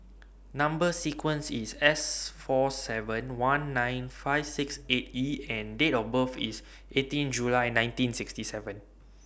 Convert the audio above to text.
Number sequence IS S four seven one nine five six eight E and Date of birth IS eighteen July nineteen sixty seven